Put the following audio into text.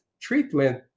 treatment